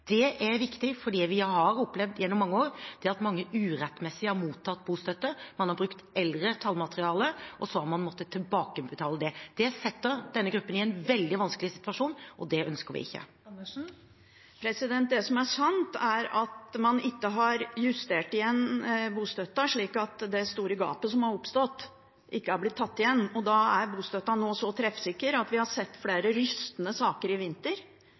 Det er viktig, for det vi har opplevd gjennom mange år, er at mange urettmessig har mottatt bostøtte. Man har brukt eldre tallmateriale, og så har man måttet tilbakebetale det. Det setter denne gruppen i en veldig vanskelig situasjon, og det ønsker vi ikke. Det blir oppfølgingsspørsmål – først Karin Andersen. Det som er sant, er at man ikke har justert bostøtten, slik at det store gapet som har oppstått, ikke har blitt tatt igjen. Og da er bostøtten nå så treffsikker at vi har sett flere rystende saker i vinter